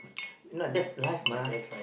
no that's life mah